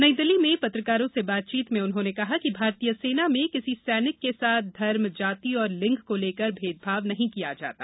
नई दिल्ली में पत्रकारों से बातचीत में उन्होंने कहा कि भारतीय सेना में किसी सैनिक के साथ धर्म जाति और लिंग को लेकर भेदभाव नहीं किया जाता